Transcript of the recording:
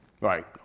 right